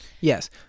Yes